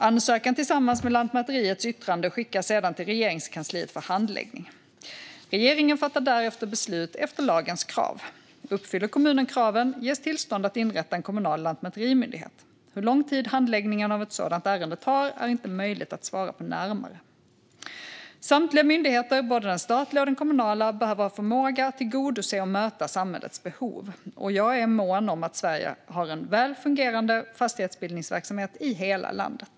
Ansökan tillsammans med Lantmäteriets yttrande skickas sedan till Regeringskansliet för handläggning. Regeringen fattar därefter beslut efter lagens krav. Uppfyller kommunen kraven ges tillstånd att inrätta en kommunal lantmäterimyndighet. Hur lång tid handläggningen av ett sådant ärende tar är inte möjligt att svara på närmare. Samtliga myndigheter, både den statliga och de kommunala, behöver ha förmåga att tillgodose och möta samhällets behov. Jag är mån om att Sverige har en välfungerande fastighetsbildningsverksamhet i hela landet.